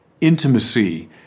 intimacy